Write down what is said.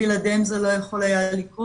בלעדיהם זה לא יכול היה לקרות,